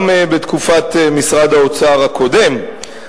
גם בתקופת משרד האוצר הקודם,